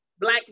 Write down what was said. black